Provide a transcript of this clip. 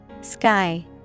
Sky